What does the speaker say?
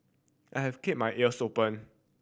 I have keep my ears open